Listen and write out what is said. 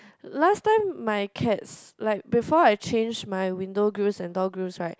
last time my cats like before I change my window grills and door grills right